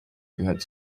gehört